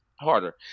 harder